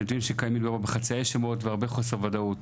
הנתונים שקיימים רק בחצאי שמות והרבה חוסר וודאות.